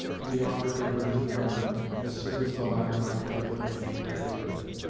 to be offered to her new friend as soon as the latter might be at liberty to partake of it.